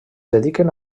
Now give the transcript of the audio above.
dediquen